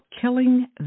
Killing